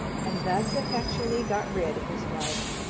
and thus effectually got rid of his rival.